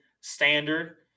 standard